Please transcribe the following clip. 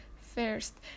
First